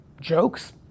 jokes